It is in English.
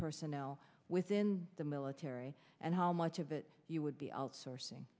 personnel within the military and how much of it you would be outsourcing